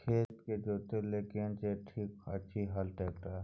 खेत के जोतय लेल केना चीज ठीक होयत अछि, हल, ट्रैक्टर?